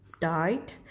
died